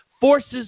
forces